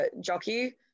jockey